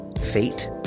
fate